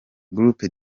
group